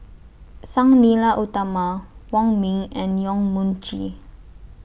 Sang Nila Utama Wong Ming and Yong Mun Chee